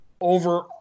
over